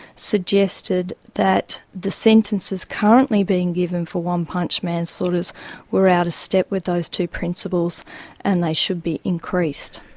suggested that the sentences currently being given for one-punch manslaughters were out of step with those two principles and they should be increased.